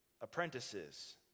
apprentices